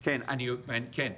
כן, כן.